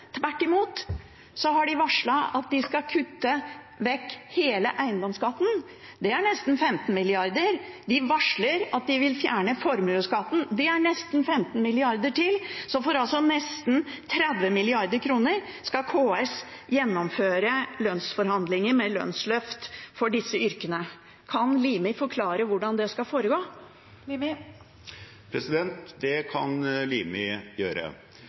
Tvert imot har de varslet at de skal kutte vekk hele eiendomsskatten. Det er nesten 15 mrd. kr. De varsler at de vil fjerne formuesskatten, og det er nesten 15 mrd. kr til. Så for nesten 30 mrd. kr skal KS gjennomføre lønnsforhandlinger med lønnsløft for disse yrkene. Kan Limi forklare hvordan det skal foregå? Det kan Limi gjøre.